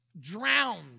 drowned